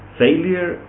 failure